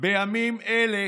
בימים אלה